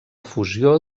fusió